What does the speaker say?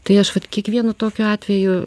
tai aš vat kiekvienu tokiu atveju